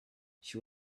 she